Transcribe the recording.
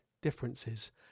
differences